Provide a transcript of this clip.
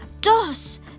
dos